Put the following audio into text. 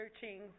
searching